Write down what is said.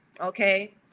Okay